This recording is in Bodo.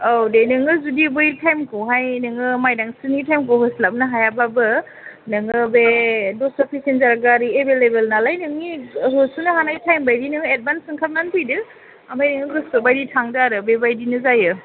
औ दे नोङो जुदि बै थाइमखौहाय नोङो माइदांस्रिनि थाइमखौ होस्लाबनो हायाबाबो नोङो बे दस्रा पेसेन्जार गारि एबोल लेभोल नालाय नोङो होसोनो हानाय थाइम बायदि नों एडभान्स ओंखारनानै फैदो ओमफ्राय नोङो गोसोबायदि थांदो आरो बेबायदिनो जायो